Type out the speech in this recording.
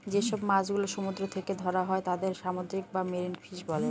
যেসব মাছ গুলো সমুদ্র থেকে ধরা হয় তাদের সামুদ্রিক বা মেরিন ফিশ বলে